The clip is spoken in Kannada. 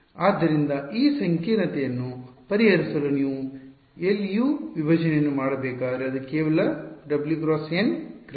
ಆದ್ದರಿಂದ ಈ ಸಂಕೀರ್ಣತೆಯನ್ನು ಪರಿಹರಿಸಲು ನೀವು LU ವಿಭಜನೆಯನ್ನು ಮಾಡಬೇಕಾದರೆ ಅದು ಕೇವಲ w × n ಕ್ರಮ